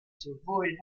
sowohl